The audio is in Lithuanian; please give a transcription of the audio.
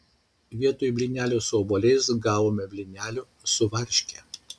vietoj blynelių su obuoliais gavome blynelių su varške